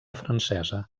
francesa